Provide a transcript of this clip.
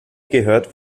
gehört